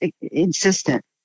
insistent